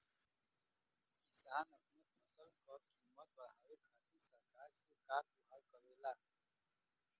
किसान अपने फसल क कीमत बढ़ावे खातिर सरकार से का गुहार करेला?